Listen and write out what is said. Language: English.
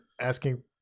asking